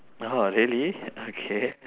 !wow! really okay